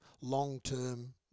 long-term